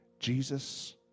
Jesus